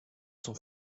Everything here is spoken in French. sont